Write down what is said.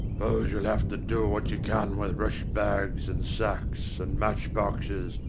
s'pose you'll ave to do wot you can with rush bags, an' sacks, and match-boxes,